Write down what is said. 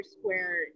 Square